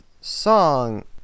song